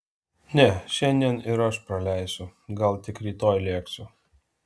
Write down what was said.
ne šiandien ir aš praleisiu gal tik rytoj lėksiu